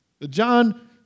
John